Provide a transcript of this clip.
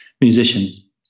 musicians